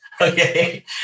Okay